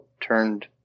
turned